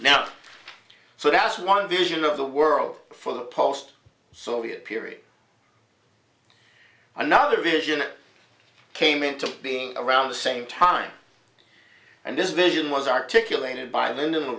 now so that's one vision of the world for the post soviet period another vision it came into being around the same time and this vision was articulated by the end of the